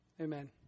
Amen